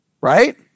Right